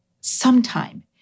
sometime